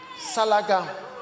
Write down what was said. Salaga